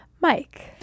Mike